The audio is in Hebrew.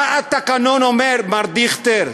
מה התקנון אומר, מר דיכטר?